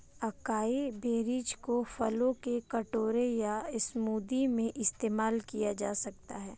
acai berries को फलों के कटोरे या स्मूदी में इस्तेमाल किया जा सकता है